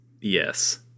Yes